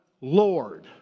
Lord